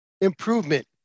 improvement